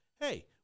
Hey